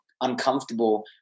uncomfortable